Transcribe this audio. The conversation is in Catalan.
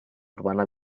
urbana